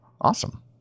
Awesome